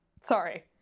sorry